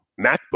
MacBook